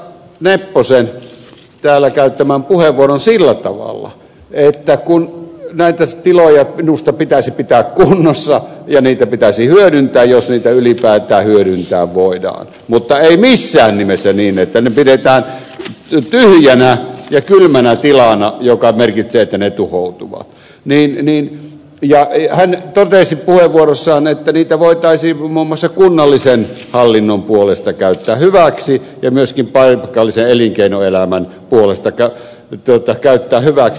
nepposen täällä käyttämän puheenvuoron sillä tavalla että kun näitä tiloja minusta pitäisi pitää kunnossa ja niitä pitäisi hyödyntää jos niitä ylipäätään hyödyntää voidaan mutta ei missään nimessä niin että ne pidetään tyhjinä ja kylminä tiloina joka merkitsee että ne tuhoutuvat niin hän totesi puheenvuorossaan että niitä voitaisiin muun muassa kunnallisen hallinnon puolesta käyttää hyväksi ja myöskin paikallisen elinkeinoelämän puolesta käyttää hyväksi